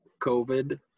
COVID